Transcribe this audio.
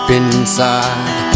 inside